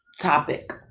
topic